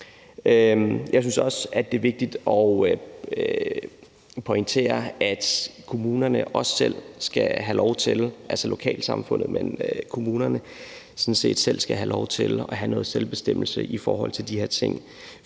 Jeg synes også, at det er vigtigt at pointere, at lokalsamfundet og kommunerne sådan set også selv skal have lov til at have noget selvbestemmelse i forhold til de her ting,